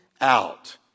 out